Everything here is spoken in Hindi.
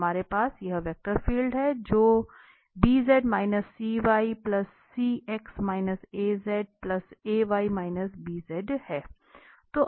तो हमारे पास यह वेक्टर फील्ड v है जो है